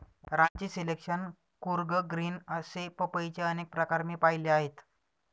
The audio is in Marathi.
रांची सिलेक्शन, कूर्ग ग्रीन असे पपईचे अनेक प्रकार मी पाहिले आहेत